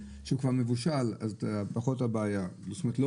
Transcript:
תביאו את ההבדלים בגלל שעלית תפסו משהו בהגדרה בהגשה לבית המשפט,